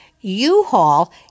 U-Haul